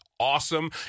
Awesome